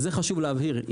חשוב להבהיר את זה.